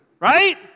Right